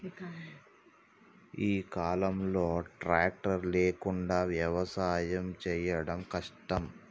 ఈ కాలం లో ట్రాక్టర్ లేకుండా వ్యవసాయం చేయడం కష్టం